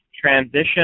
transition